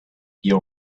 you